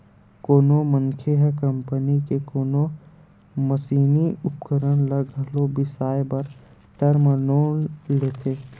कोनो मनखे ह कंपनी के कोनो मसीनी उपकरन ल घलो बिसाए बर टर्म लोन लेथे